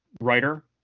writer